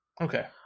Okay